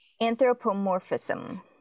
anthropomorphism